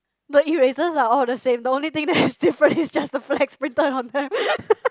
the erasers are all the same the only thing that's different is just the flags printed on them